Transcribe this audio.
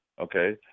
okay